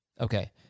Okay